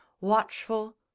watchful